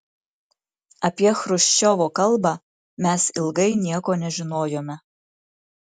apie chruščiovo kalbą mes ilgai nieko nežinojome